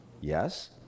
Yes